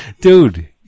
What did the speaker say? dude